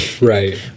right